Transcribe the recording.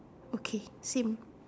okay same